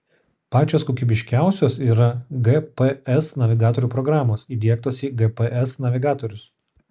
pačios kokybiškiausios yra gps navigatorių programos įdiegtos į gps navigatorius